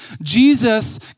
Jesus